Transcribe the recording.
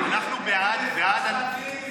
אנחנו בעד, ע'דיר,